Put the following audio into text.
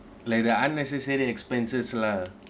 like the unnecessary expenses lah